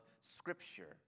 Scripture